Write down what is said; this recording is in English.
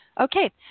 okay